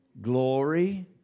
glory